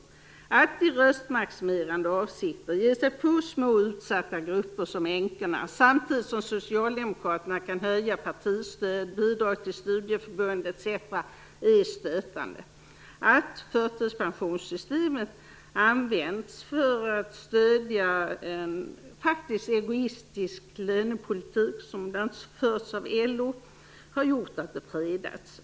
Att som Socialdemokraterna i röstmaximerande avsikter ge sig på små, utsatta grupper som änkorna samtidigt som man höjer partistöd, bidrag till studieförbund etc. är stötande. Att förtidspensionssystemet används för att stödja en faktiskt egoistisk lönepolitik som förs av LO har gjort att detta breddats.